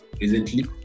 recently